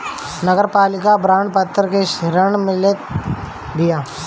नगरपालिका बांड पत्र से ऋण लेत बिया